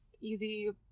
easy